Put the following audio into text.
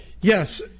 Yes